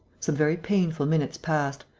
some very painful minutes passed,